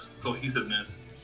cohesiveness